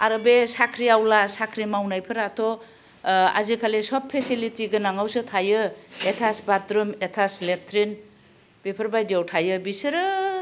आरो बे साख्रिआवला साख्रि मावनायफोराथ' आजिखालि सब फेसिलिटि गोनांआवसो थायो एथास बाथ्रुम एथास लेथ्रिन बेफारबायदियाव थायो बिसोरो